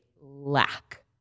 lack